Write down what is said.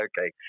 okay